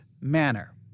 manner